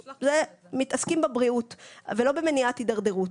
מתעסקים בבריאות ולא במניעת הידרדרות,